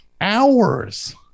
hours